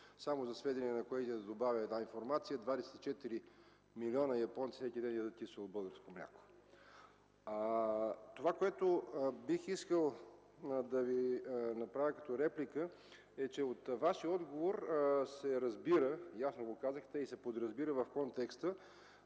Само за сведение на колегите ще добавя една информация: 24 милиона японци всеки ден ядат българско кисело мляко. Което бих искал да Ви направя като реплика е, че от Вашия отговор се разбира, ясно го казахте и се подразбира в контекста,